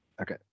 Okay